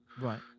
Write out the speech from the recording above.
Right